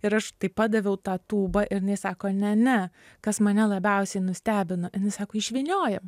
ir aš taip padaviau tą tūbą ir jinai sako ne ne kas mane labiausiai nustebino jinai sako išvyniojam